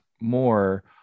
more